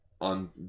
on